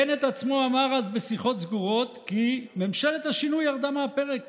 בנט עצמו אמר אז בשיחות סגורות כי ממשלת השינוי ירדה מהפרק